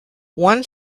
one